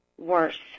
worse